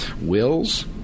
Wills